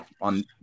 on